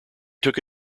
took